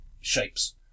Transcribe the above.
shapes